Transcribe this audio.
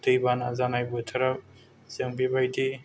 दैबाना जानाय बोथोराव जों बेबायदि